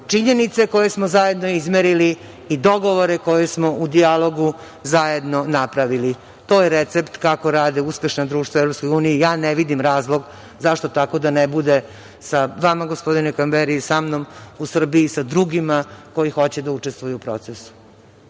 činjenice koje smo zajedno izmerili i dogovore koje smo u dijalogu zajedno napravili. To je recept kako rade uspešna društva u EU. Ja ne vidim razlog zašto tako da ne bude sa vama, gospodine Kamberi, sa mnom u Srbiji, sa drugima koji hoće da učestvuju u procesu.